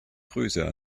größe